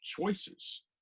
choices